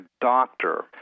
doctor